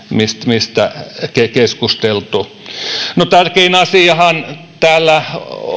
mistä keskusteltu no tärkein asiahan täällä